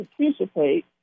participate